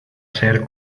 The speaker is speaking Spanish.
ser